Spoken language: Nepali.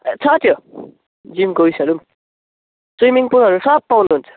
छ त्यो जिमको ऊ यसहरू पनि स्विमिङ पुलहरू सब पाउनुहुन्छ